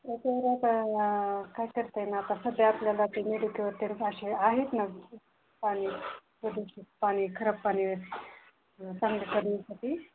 तसं जर काय झाला काय करत आहे ना आता सध्या आपल्याला ते मेडिकलवर ते भाषण आहेत ना पाणी प्रदूषण पाणी खराब पाणी चांगलं करण्यासाठी